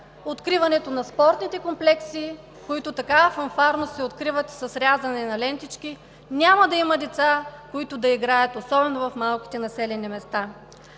откриването на спортните комплекси, които така фанфарно се откриват с рязане на лентички, и няма да има деца, които да играят, особено в малките населени места.